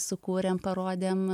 sukūrėm parodėm